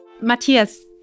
Matthias